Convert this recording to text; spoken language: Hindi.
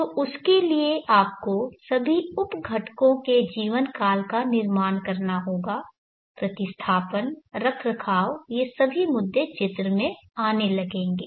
तो उसके लिए आपको सभी उप घटकों के जीवनकाल का निर्माण करना होगा प्रतिस्थापन रखरखाव ये सभी मुद्दे चित्र में आने लगेंगे